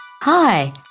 Hi